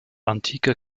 antike